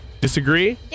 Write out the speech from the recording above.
Disagree